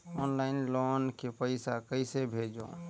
Online loan के पईसा कइसे भेजों?